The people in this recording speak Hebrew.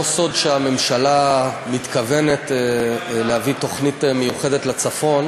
לא סוד שהממשלה מתכוונת להביא תוכנית מיוחדת לצפון,